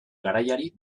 garaiari